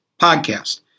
podcast